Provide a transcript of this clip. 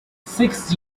six